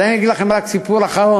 אולי אני אספר לכם רק סיפור אחרון,